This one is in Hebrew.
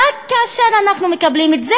רק כאשר אנחנו מקבלים את זה,